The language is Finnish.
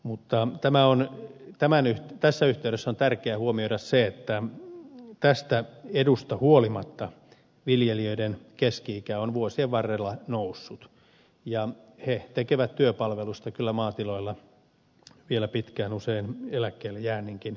mutta tämä on nyt tämä nyt tässä yhteydessä on tärkeää huomioida se että tästä edusta huolimatta viljelijöiden keski ikä on vuosien varrella noussut ja he tekevät työpalvelusta kyllä maatiloilla vielä pitkään usein eläkkeelle jäänninkin jälkeen